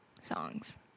songs